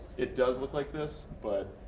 it does look like this. but